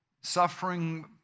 Suffering